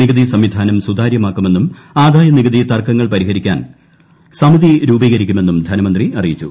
നികുതി സംവിധാനം സുതാരൃമാക്കുമെന്നും ആദായ നികുതി തർക്ക ങ്ങൾ പരിഹരിക്കാൻ സമിതി രൂപീകരിക്കുമെന്നും ധനമന്ത്രി അറിയിച്ചു